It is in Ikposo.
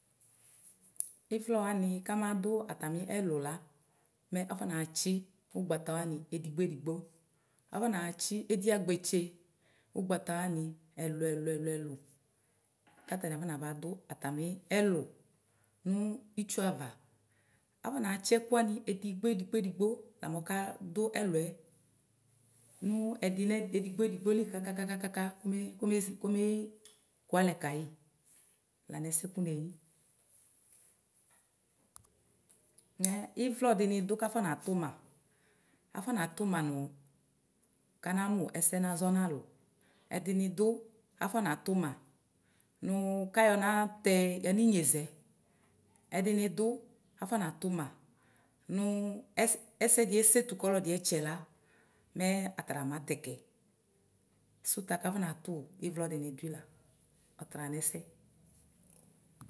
Ɩvlɔ wanɩ kamadʋ atamɩ ɛlʋ la mɛ afɔ natsi ʋgbata wanɩ edigbo nʋ edigbo afɔ natsi edihagbetse ʋgbata wanɩ ɛlʋ ɛlʋ ɛlʋ ɛlʋ kʋ atanɩ afɔna ba dʋ atamɩ ɛlʋ nʋ itsuava akɔ naɣa tsi ɛkʋ wanɩ edigbo edigbo edigbo lamɛ ɔkadʋ ɛlʋɛ nʋ ɛdi lɛ edigbo edigbo li ka ka ka kome kome kʋalɛ kayɩ lanʋ ɛsɛ kʋ neyi, mɛ ɩvlɔ dɩnɩdʋ kʋ akɔna tʋma afɔ natʋ ma nʋ kanamʋ ɛsɛ nazɔ nʋ alʋ ɛdɩnɩ dʋ afɔna tʋma nʋ kayɔ natɛ yanʋ inyezɛ ɛdɩnɩ dʋ afɔnatʋ ma nʋ ɛsɛdɩ esetʋ kʋ ɔlɔdɩ ɛtsɛ la mɛ atanɩ la matɛ kɛ sʋt́a kʋ afɔnatʋ ɩvlɔ de ma dʋyi la ɔta nʋ ɛs.